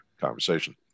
conversation